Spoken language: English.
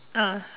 ah